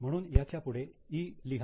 म्हणून याच्यापुढे 'E' लिहा